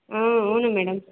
ಹಾಂ ಔನು ಮೇಡಮ್